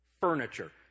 Furniture